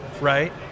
right